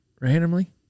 randomly